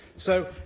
so,